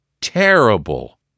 terrible